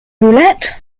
roulette